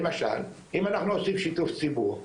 למשל אם אנחנו עושים שיתוף ציבור,